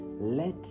let